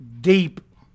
deep